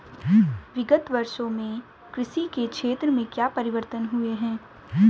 विगत वर्षों में कृषि के क्षेत्र में क्या परिवर्तन हुए हैं?